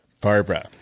Barbara